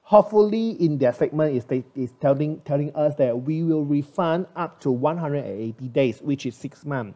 hopefully in their statement is sta~ is telling telling us that we will refund up to one hundred and eighty days which is six months